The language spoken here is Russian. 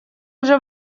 уже